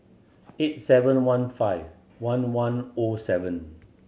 eight seven one five one one O seven